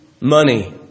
money